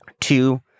Two